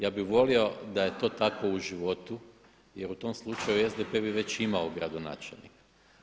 Ja bih volio da je to tako u životu, jer u tom slučaju SDP bi već imao gradonačelnika.